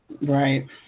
Right